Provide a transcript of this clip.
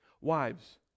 Wives